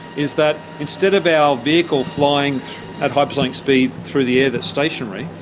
is that instead of our vehicle flying at hypersonic speed through the air that's stationary,